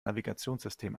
navigationssystem